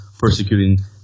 persecuting